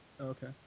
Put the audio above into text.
Okay